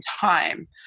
time